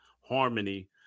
harmony